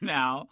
now